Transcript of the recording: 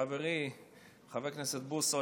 חברי חבר כנסת בוסו,